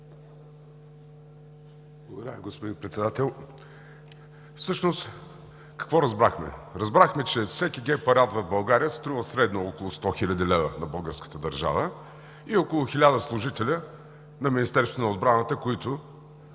Благодаря, господин Председател. Всъщност какво разбрахме? Разбрахме, че всеки гей парад в България струва средно около 100 хил. лв. на българската държава и около 1000 служители на Министерството на вътрешните